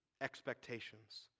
expectations